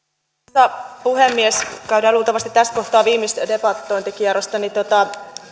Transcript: arvoisa puhemies kun käydään luultavasti tässä kohtaa viimeistä debatointikierrosta niin on